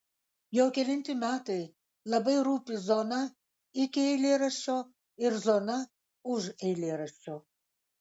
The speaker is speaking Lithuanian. jau kelinti metai labai rūpi zona iki eilėraščio ir zona už eilėraščio